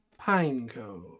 Pineco